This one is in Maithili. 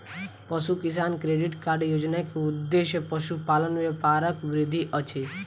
पशु किसान क्रेडिट कार्ड योजना के उद्देश्य पशुपालन व्यापारक वृद्धि अछि